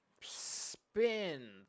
Spin